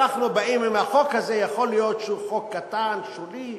אם החוק הזה, יכול להיות שהוא חוק קטן, שולי,